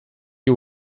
you